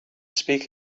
speak